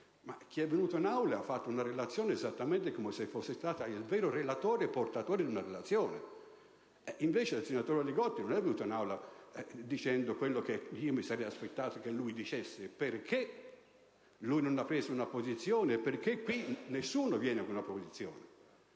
chi è venuto in Aula ha fatto una relazione esattamente come se fosse stato il vero relatore portatore di una relazione, invece il senatore Li Gotti non è venuto in Aula dicendo quello che mi sarei aspettato che lui dicesse, perché non ha preso una posizione, perché qui nessuno viene con una posizione.